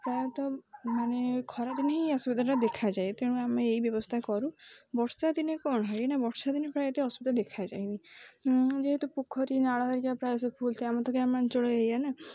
ପ୍ରାୟତଃ ମାନେ ଖରାଦିନେ ହିଁ ଅସୁବିଧାଟା ଦେଖାଯାଏ ତେଣୁ ଆମେ ଏଇ ବ୍ୟବସ୍ଥା କରୁ ବର୍ଷା ଦିନେ କ'ଣ ହେଇ ନା ବର୍ଷା ଦିନେ ପ୍ରାୟ ଏତେ ଅସୁବିଧା ଦେଖାଯାଏନି ଯେହେତୁ ପୋଖରୀ ନାଳ ଧରିକା ପ୍ରାୟ ସେ ଭୁଲ୍ ଆମ ତ ଗ୍ରାମାଞ୍ଚଳ ଏ ହେଇ ନା